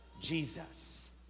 Jesus